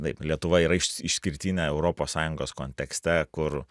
taip lietuva yra iš išskirtinė europos sąjungos kontekste kur